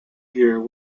year